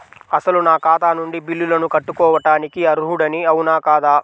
అసలు నా ఖాతా నుండి బిల్లులను కట్టుకోవటానికి అర్హుడని అవునా కాదా?